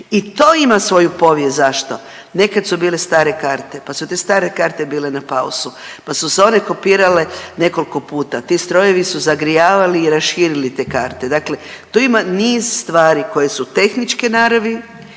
i to ima svoju povijest. Zašto? Nekad su bile stare karte, pa su te stare karte bile na pausu, pa su se one kopirale nekoliko puta, ti strojevi su zagrijavali i raširili te karte, dakle tu ima niz stvari koje su tehničke naravi,